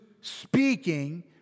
speaking